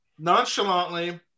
Nonchalantly